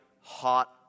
hot